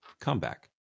comeback